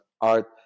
Art